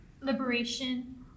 liberation